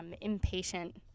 impatient